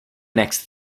next